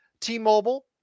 T-Mobile